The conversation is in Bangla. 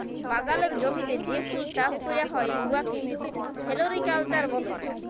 বাগালের জমিতে যে ফুল চাষ ক্যরা হ্যয় উয়াকে ফোলোরিকাল্চার ব্যলে